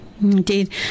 Indeed